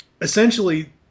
essentially